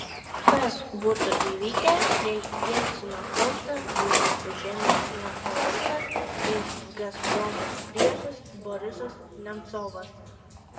kas būtų įvykę jei jelcino postą būtų užėmęs jo favoritas ir gazpromo priešas borisas nemcovas